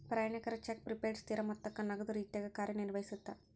ಪ್ರಯಾಣಿಕರ cheque prepaid ಸ್ಥಿರ ಮೊತ್ತಕ್ಕ ನಗದ ರೇತ್ಯಾಗ ಕಾರ್ಯನಿರ್ವಹಿಸತ್ತ